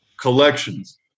collections